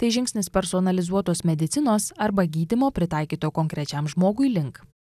tai žingsnis personalizuotos medicinos arba gydymo pritaikyto konkrečiam žmogui link